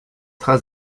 traces